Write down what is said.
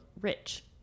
rich